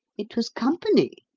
it was company.